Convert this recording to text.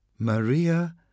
Maria